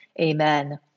amen